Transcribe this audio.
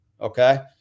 Okay